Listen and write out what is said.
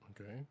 Okay